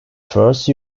first